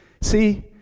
See